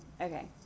okay